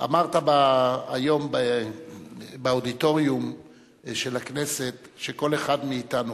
אמרת היום באודיטוריום של הכנסת שכל אחד מאתנו,